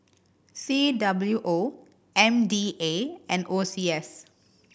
C W O M D A and O C S